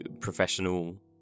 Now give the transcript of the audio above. professional